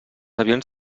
avions